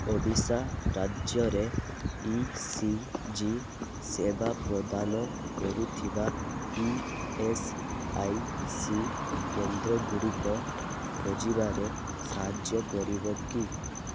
ଓଡ଼ିଶା ରାଜ୍ୟରେ E C G ସେବା ପ୍ରଦାନ କରୁଥିବା ଇ ଏସ୍ ଆଇ ସି କେନ୍ଦ୍ରଗୁଡ଼ିକ ଖୋଜିବାରେ ସାହାଯ୍ୟ କରିବ କି